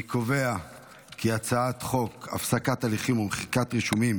אני קובע כי הצעת חוק הפסקת הליכים ומחיקת רישומים